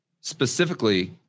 specifically